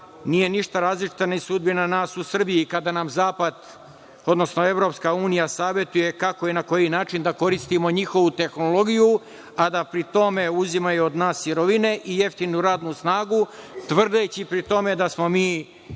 nije ništa različita ni sudbina nas u Srbiji, kada nam zapad, odnosno EU savetuje kako i na koji način da koristimo njihovu tehnologiju, a da pri tome uzimaju od nas sirovine i jeftinu radnu snagu, tvrdeći pri tome da smo mi